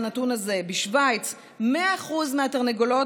לנתון הזה: בשווייץ 100% מהתרנגולות